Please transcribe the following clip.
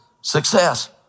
success